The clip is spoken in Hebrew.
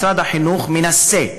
משרד החינוך מנסה,